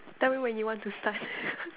tell me when you want to start